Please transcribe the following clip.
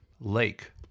lake